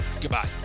Goodbye